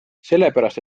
sellepärast